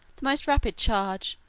the most rapid charge,